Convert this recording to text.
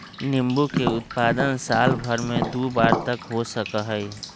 नींबू के उत्पादन साल भर में दु बार तक हो सका हई